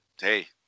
hey